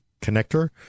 connector